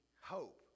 hope